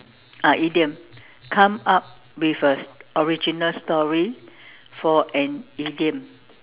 ah idiom come up with a original story for an idiom